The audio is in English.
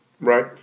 Right